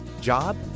job